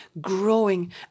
growing